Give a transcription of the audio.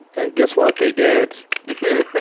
and guess what, they did. yeah